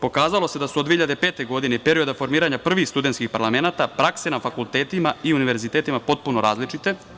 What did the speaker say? pokazalo se da su od 2005. godine i perioda formiranja prvih studentskih parlamenata prakse na fakultetima i univerzitetima potpuno različite.